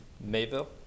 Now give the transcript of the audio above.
Mayville